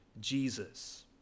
Jesus